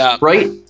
right